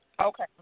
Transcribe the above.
Okay